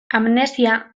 amnesia